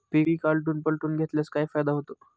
पीक आलटून पालटून घेतल्यास काय फायदा होतो?